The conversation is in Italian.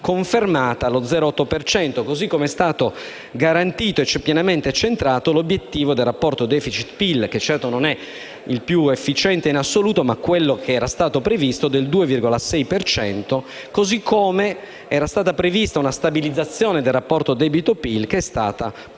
confermata allo 0,8 per cento, così com'è stato garantito e pienamente centrato l'obiettivo del rapporto *deficit-*PIL, che certo non è il più efficiente in assoluto, ma è quello che era stato previsto del 2,6 per cento. Allo stesso modo era stata prevista una stabilizzazione del rapporto debito-PIL che è stata